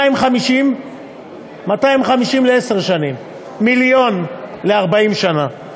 250 לעשר שנים, מיליון ל-40 שנה.